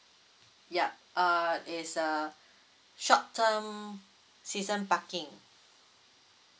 yup uh it's a short term season parking